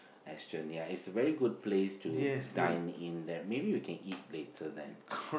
Aston ya it's a very good place to dine in there maybe we can eat later there